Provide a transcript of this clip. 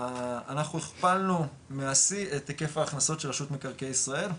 אנחנו הכפלנו מהשיא את היקף ההכנסות של רשות מקרקעי ישראל,